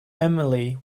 emily